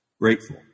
Grateful